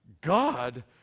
God